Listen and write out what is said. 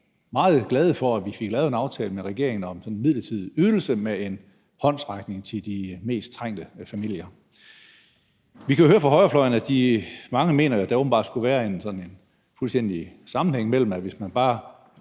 er vi meget glade for, at vi fik lavet en aftale med regeringen om den midlertidige ydelse med en håndsrækning til de mest trængte familier. Vi kan jo høre fra højrefløjen, at mange mener, at der åbenbart skulle være sådan en fuldstændig sammenhæng mellem, at hvis man bare